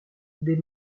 des